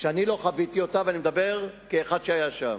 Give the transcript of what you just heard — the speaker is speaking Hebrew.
שאני לא חוויתי אותה, ואני מדבר כאחד שהיה שם.